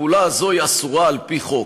הפעולה הזו אסורה על-פי חוק.